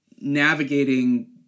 navigating